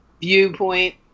viewpoint